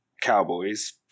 Cowboys